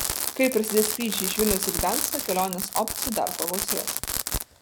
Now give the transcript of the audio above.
kai prasidės skrydžiai iš vilniaus iš gdanską kelionės opcijų dar pagausės